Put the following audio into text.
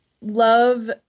love